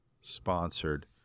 sponsored